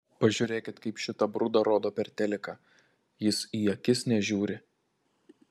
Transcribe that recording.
pažiūrėkit kaip šitą brudą rodo per teliką jis į akis nežiūri